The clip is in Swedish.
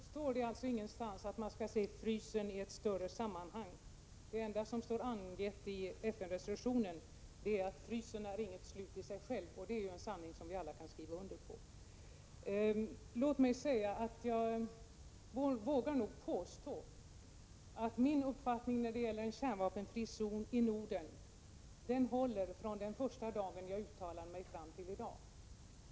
Herr talman! För det första tror jag inte att det någonstans står att man skall se frysningen i ett större sammanhang. Det enda som är angivet i FN-resolutionen är att frysningen inte är något mål sig, och det är en sanning som vi alla kan skriva under på. Jag vågar nog för det andra påstå att min uppfattning när det gäller en kärnvapenfri zon i Norden varit densamma från den första dag då jag uttalade mig om den och fram till i dag.